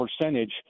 percentage